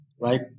Right